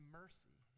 mercy